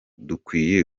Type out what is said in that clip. dukwiye